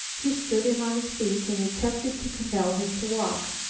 he stood him on his feet and attempted to compel him to walk.